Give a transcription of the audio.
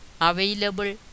available